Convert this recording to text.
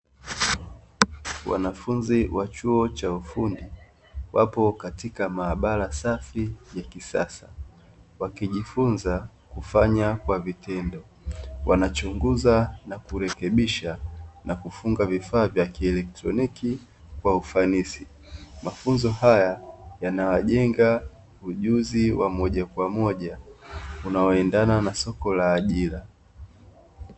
Wanafunzi wa chuo cha ufundi wapo katika maabara safi ya kisasa wakijifunza kufanya kwa vitendo. Wanachunguza na kurekebisha na kufunga vifaa vya kielektroniki kwa ufanisi. Mafunzo haya yanawajengea ujuzi wa moja kwa moja unaoendana na soko la ajira.